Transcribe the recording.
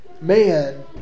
man